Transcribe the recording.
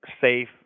safe